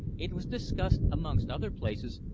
it was discussed, amongst other places,